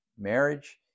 Marriage